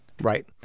Right